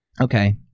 Okay